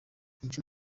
icyo